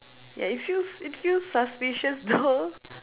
yeah it feels it feels suspicious though